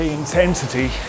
intensity